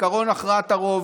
בעקרון הכרעת הרוב.